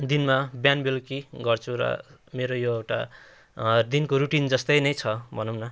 दिनमा बिहान बेलुकी गर्छु र मेरो यो एउटा दिनको रुटिन जस्तै नै छ भनौँ न